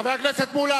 חבר הכנסת מולה,